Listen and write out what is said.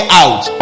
out